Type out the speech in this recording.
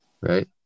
right